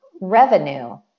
revenue